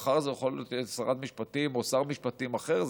מחר זה יכול להיות שרת משפטים או שר משפטים אחר,